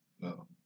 No